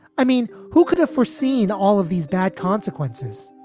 i mean, who could have foreseen all of these bad consequences?